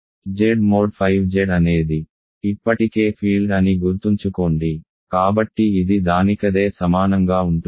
Z mod 5 Z అనేది ఇప్పటికే field అని గుర్తుంచుకోండి కాబట్టి ఇది దానికదే సమానంగా ఉంటుంది